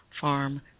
farm